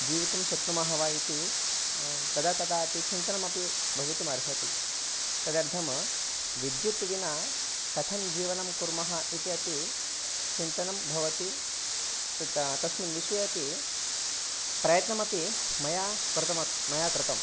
जीवितुं शक्नुमः वा इति तदा तदा अपि चिन्तनमपि भवितुम् अर्हति तदर्थं विद्युत् विना कथं जीवनं कुर्मः इत्यपि चिन्तनं भवति तत् तस्मिन् विषये अपि प्रयत्नमपि मया कृतं मया कृतं